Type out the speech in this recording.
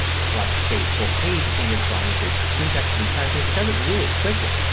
select the save full page and it's going to screen capture the entire thing. it does it really quickly.